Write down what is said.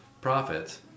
profits